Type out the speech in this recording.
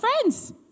friends